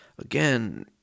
Again